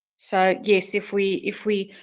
so, yes if we, if we,